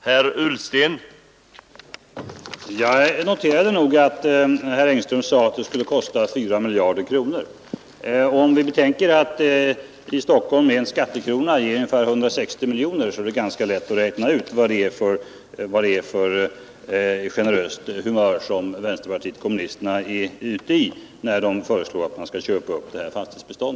Herr talman! Jag noterade nog att herr Engström sade att det skulle kosta 4 miljarder kronor. Om vi betänker att en skattekrona i Stockholm ger ungefär 160 miljoner kronor, kan vi ganska lätt räkna ut vad det här förslaget innebär. Vänsterpartiet kommunisterna visar onekligen en viss generositet när det föreslår att man skall köpa upp detta fastighetsbestånd.